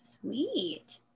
Sweet